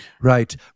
Right